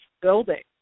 building